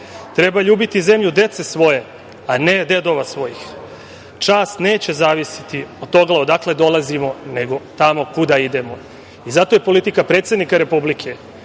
treba ljubiti zemlju dece svoje, a ne dedova svojih. Čast neće zavisiti od toga odakle dolazimo, nego tamo kuda idemo. Zato je politika predsednika republike